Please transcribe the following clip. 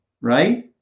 Right